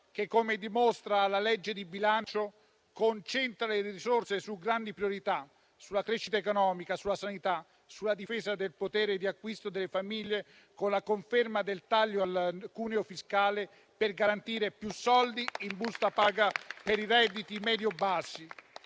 che, come dimostra la legge di bilancio, concentra le risorse su grandi priorità: sulla crescita economica, sulla sanità, sulla difesa del potere di acquisto delle famiglie, con la conferma del taglio al cuneo fiscale per garantire più soldi in busta paga per i redditi medio-bassi.